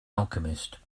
alchemist